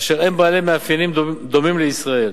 אשר הם בעלי מאפיינים דומים לישראל.